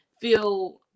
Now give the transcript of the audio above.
feel